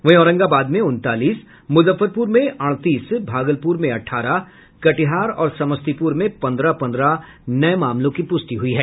वहीं औरंगाबाद में उनतालीस मुजफ्फरपुर में अड़तीस भागलपुर में अठारह कटिहार और समस्तीपुर में पन्द्रह पन्द्रह नये मामलों की पुष्टि हुई है